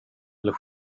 eller